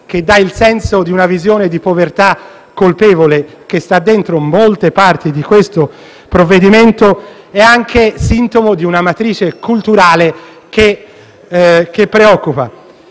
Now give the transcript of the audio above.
che dà il senso di una visione di povertà colpevole contenuta in molte parti del provvedimento, ma è anche il sintomo di una matrice culturale che preoccupa.